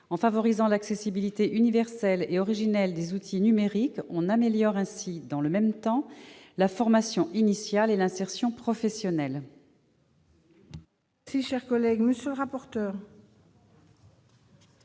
En favorisant l'accessibilité universelle et originelle des outils numériques, on améliore, dans le même temps, la formation initiale et l'insertion professionnelle. Quel est l'avis de la